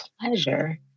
pleasure